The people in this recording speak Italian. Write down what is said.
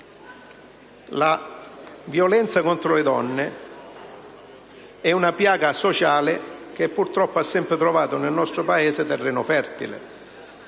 La violenza contro le donne è una piaga sociale che purtroppo ha sempre trovato nel nostro Paese terreno fertile,